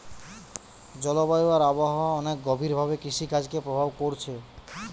জলবায়ু আর আবহাওয়া অনেক গভীর ভাবে কৃষিকাজকে প্রভাব কোরছে